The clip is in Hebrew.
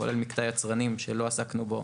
כולל מקטע יצרנים שלא עסקנו בו.